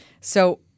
So-